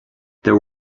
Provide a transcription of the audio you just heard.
there